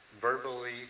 verbally